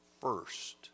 first